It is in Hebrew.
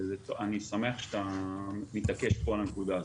אני שמח שאתה מתעקש פה על הנקודה הזאת.